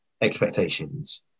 expectations